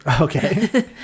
Okay